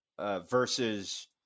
Versus